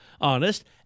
honest